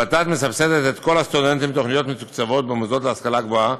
ות"ת מסבסדת את כל הסטודנטים בתוכניות מתוקצבות במוסדות להשכלה גבוהה